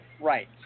Right